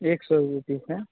एक सौ रुपये का